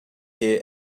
here